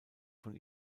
von